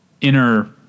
inner